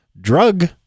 drug